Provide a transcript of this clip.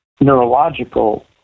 neurological